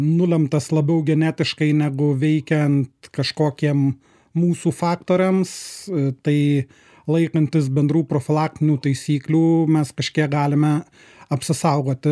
nulemtas labiau genetiškai negu veikiant kažkokiem mūsų faktoriams tai laikantis bendrų profilaktinių taisyklių mes kažkiek galime apsisaugoti